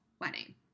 wedding